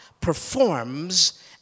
performs